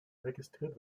registriert